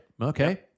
okay